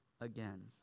again